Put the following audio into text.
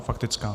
Faktická.